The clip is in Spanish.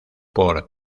por